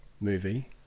movie